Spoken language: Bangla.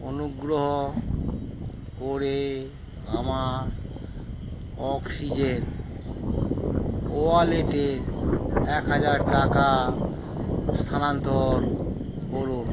অনুগ্রহ করে আমার অক্সিজেন ওয়ালেটে এক হাজার টাকা স্থানান্তর করুন